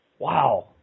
Wow